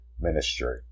ministry